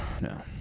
no